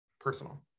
personal